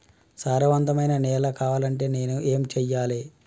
సారవంతమైన నేల కావాలంటే నేను ఏం చెయ్యాలే?